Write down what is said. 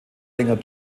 länger